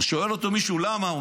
אז שואל אותו מישהו: למה?